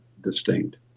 distinct